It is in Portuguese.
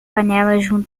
panela